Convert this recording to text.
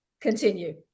Continue